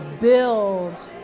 build